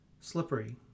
Slippery